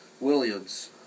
Williams